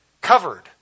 covered